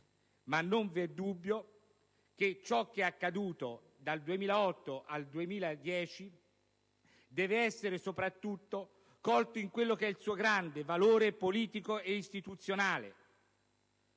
non v'è dubbio che ciò che è accaduto dal 2008 al 2010 deve essere soprattutto colto in quello che è il suo grande valore politico ed istituzionale,